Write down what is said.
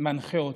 מנחה אותה.